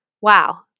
Wow